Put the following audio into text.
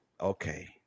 Okay